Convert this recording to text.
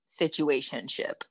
situationship